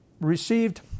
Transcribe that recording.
received